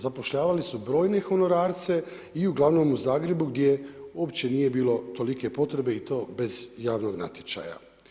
Zapošljavali su brojne honorarce i uglavnom u Zagrebu gdje uopće nije bilo tolike potrebe i to bez javnog natječaja.